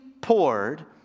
poured